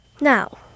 Now